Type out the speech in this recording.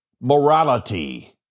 Morality